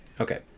okay